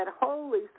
Holy